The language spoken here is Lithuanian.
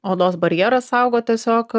odos barjeras saugo tiesiog